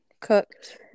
cooked